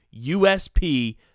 USP